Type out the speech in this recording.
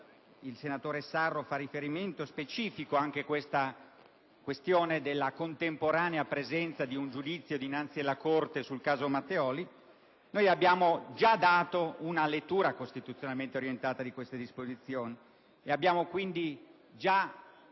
il senatore Sarro fa riferimento specifico anche alla contemporanea presenza di un giudizio dinanzi alla Corte sul caso Matteoli) abbiamo già dato una lettura costituzionalmente orientata di queste disposizioni e abbiamo quindi